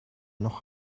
noch